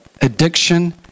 addiction